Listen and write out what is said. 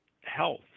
health